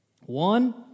One